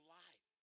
life